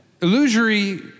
illusory